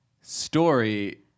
story